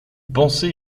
pensez